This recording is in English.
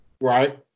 Right